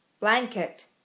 Blanket